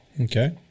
Okay